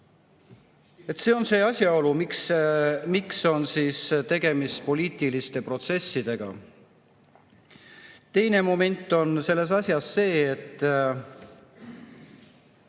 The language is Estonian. See on see asjaolu, miks on tegemist poliitiliste protsessidega. Teine moment selles asjas on see, et